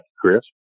Chris